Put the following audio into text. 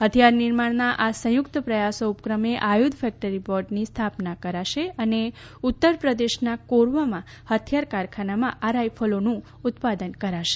હથિયાર નિર્માણનાં આ સંયુક્ત પ્રયાસો ઉપક્રમે આયુધ ફેકટરી બોર્ડની પણ બહુમતીથી સ્થાપનાં કરાશે અને ઉત્તર પ્રદેશનાં કોરાવાનાં હથિયાર કારખાનાંમાં આ રાઈફલોનું ઉત્પાદન કરાશે